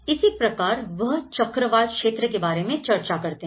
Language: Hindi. इसी प्रकार वह चक्रवात क्षेत्र के बारे में चर्चा करते हैं